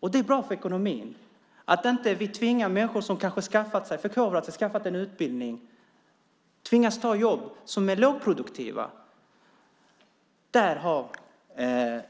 Det är bra för ekonomin. Vi ska inte tvinga människor som förkovrat sig och skaffat en utbildning att ta jobb som är lågproduktiva. Där har